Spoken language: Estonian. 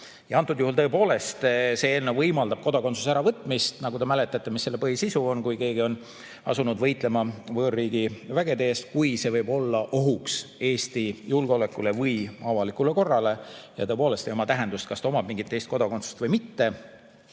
eelnõu tõepoolest võimaldab kodakondsuse äravõtmist. Nagu te mäletate, on selle põhisisu see, et kui keegi on asunud võitlema võõrriigi vägede eest, kui see võib olla ohuks Eesti julgeolekule või avalikule korrale, ning tõepoolest ei oma tähendust, kas ta omab mingit teist kodakondsust või mitte.